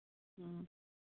ꯎꯝ